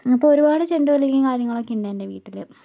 നമുക്ക് ഒരുപാട് ചെണ്ടുമല്ലികയും കാര്യങ്ങളൊക്കെയുണ്ട് എൻ്റെ വീട്ടിൽ